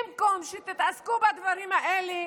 במקום שתתעסקו בדברים האלה,